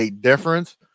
difference